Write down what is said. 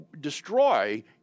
destroy